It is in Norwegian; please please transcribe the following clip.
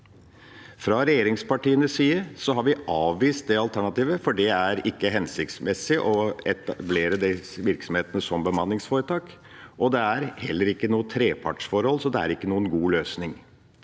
Fra regjeringspartienes side har vi avvist det alternativet, for det er ikke hensiktsmessig å etablere de virksomhetene som bemanningsforetak, og det er heller ikke noe trepartsforhold. Så det er ikke noen god løsning.